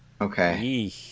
okay